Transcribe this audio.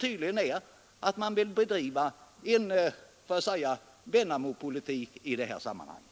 Tydligt är att man vill bedriva något slags Vennamopolitik i det här sammanhanget.